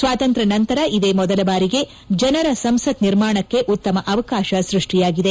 ಸ್ವಾತಂತ್ರ್ಯ ನಂತರ ಇದೇ ಮೊದಲ ಬಾರಿಗೆ ಜನರ ಸಂಸತ್ ನಿರ್ಮಾಣಕ್ಕೆ ಉತ್ತಮ ಅವಕಾಶ ಸ್ಪಷ್ಷಿಯಾಗಿದೆ